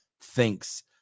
thinks